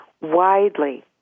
widely